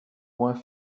points